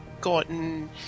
gotten